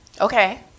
Okay